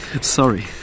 sorry